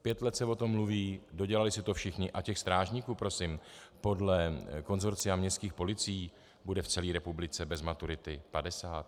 Pět let s o tom mluví, dodělali si to všichni a těch strážníků, prosím, podle konsorcia městských policií bude v celé republice bez maturity 50.